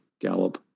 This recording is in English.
Gallup